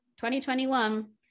2021